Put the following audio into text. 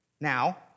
Now